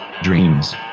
dreams